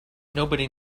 nobody